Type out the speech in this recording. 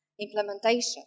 implementation